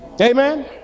Amen